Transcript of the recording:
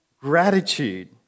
gratitude